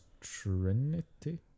Trinity